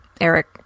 Eric